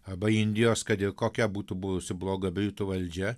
arba indijos kad ir kokia būtų buvusi bloga britų valdžia